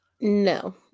No